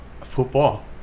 football